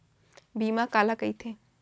बीमा काला कइथे?